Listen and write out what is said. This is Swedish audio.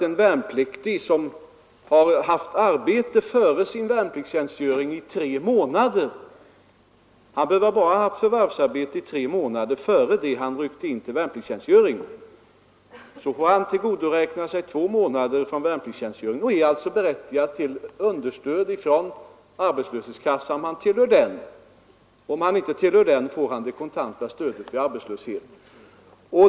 En värnpliktig som före sin värnpliktstjänstgöring har haft arbete i tre månader — han behöver inte ha förvärvsarbetat längre tid — får därför normalt tillgodoräkna sig två månader av värnpliktstjänstgöringen och är alltså berättigad till understöd från arbetslöshetskassan, om han tillhör en sådan. Gör han inte det får han det kontanta stödet vid arbetslöshet.